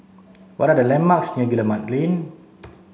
what are the landmarks near Guillemard Lane